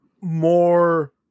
more